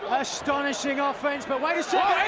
astonishing ah offense, but wait a so